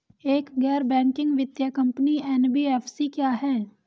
एक गैर बैंकिंग वित्तीय कंपनी एन.बी.एफ.सी क्या है?